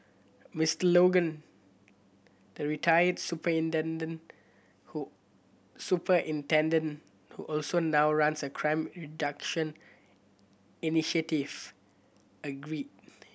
Mister Logan the retired superintendent who superintendent who also now runs a crime reduction initiative agreed